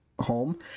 home